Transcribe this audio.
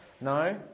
No